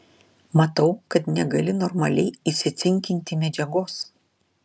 matau kad negali normaliai įsicinkinti medžiagos